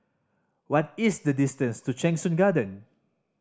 what is the distance to Cheng Soon Garden